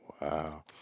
Wow